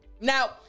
Now